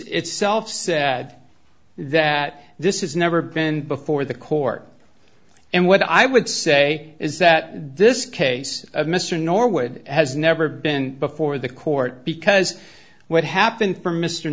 itself said that this is never been before the court and what i would say is that this case of mr norwood has never been before the court because what happened for m